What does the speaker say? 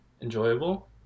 enjoyable